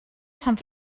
sant